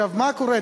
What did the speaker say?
מה קורה?